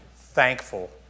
thankful